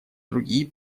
другие